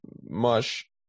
mush